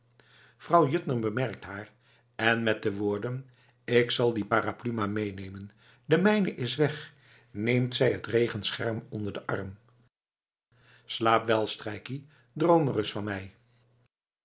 vrouw juttner bemerkt haar en met de woorden k zal die parapluie maar meenemen de mijne is weg neemt zij het regenscherm onder den arm slaap wel strijkkie droom ereis van me